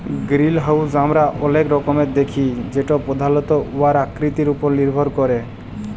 greenhouse আমরা অলেক রকমের দ্যাখি যেট পধালত উয়ার আকৃতির উপর লির্ভর ক্যরে